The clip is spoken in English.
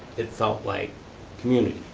it felt like community.